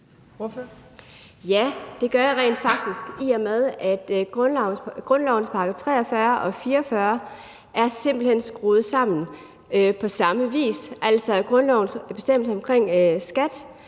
Ja, det gør jeg rent faktisk, i og med at grundlovens § 43 og § 44 simpelt hen er skruet sammen på samme vis, altså at grundlovens bestemmelse omkring skat